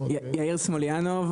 יאיר סמוליאנוב,